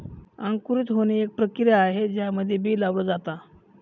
अंकुरित होणे, एक प्रक्रिया आहे ज्यामध्ये बी लावल जाता